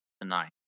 tonight